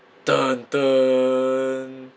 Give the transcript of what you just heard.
den den